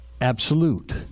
absolute